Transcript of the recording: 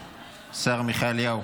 השר עמיחי אליהו,